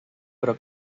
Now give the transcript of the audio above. però